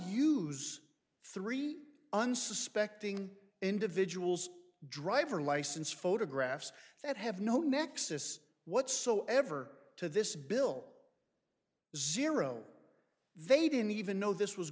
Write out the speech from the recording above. use three unsuspecting individuals driver license photographs that have no nexus whatsoever to this bill zero zero they didn't even know this was